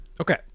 Okay